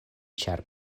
ĉar